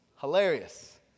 Hilarious